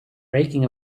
breaking